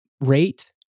rate